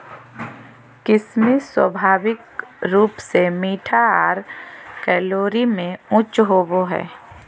किशमिश स्वाभाविक रूप से मीठा आर कैलोरी में उच्च होवो हय